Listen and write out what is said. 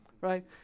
right